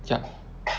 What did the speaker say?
yup